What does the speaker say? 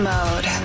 Mode